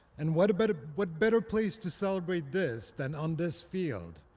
and what but ah what better place to celebrate this than on this field?